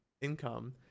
income